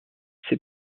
ses